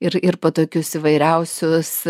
ir ir po tokius įvairiausius